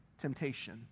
temptation